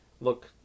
look